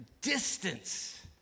distance